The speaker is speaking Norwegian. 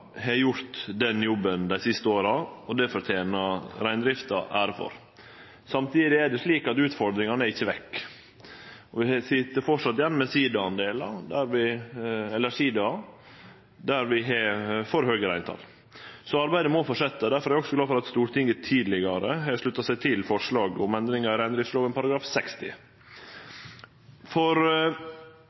har gjort den jobben dei siste åra, og det fortener reindrifta ære for. Samtidig er det slik at utfordringane ikkje er vekke, og vi sit framleis igjen med sidaer der vi har for høge reintal. Så arbeidet må halde fram. Difor er eg også glad for at Stortinget tidlegare har slutta seg til forslaget om endringar i reindriftsloven § 60. For